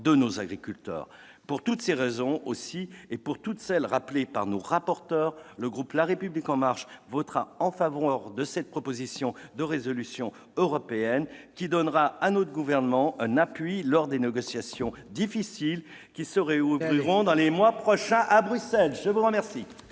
de nos agriculteurs. Pour toutes ces raisons et aussi pour toutes celles qui ont été rappelées par les rapporteurs, le groupe La République En Marche votera en faveur de cette proposition de résolution européenne, qui donnera à notre gouvernement un appui lors les négociations difficiles qui se rouvriront dans les mois prochains à Bruxelles. La parole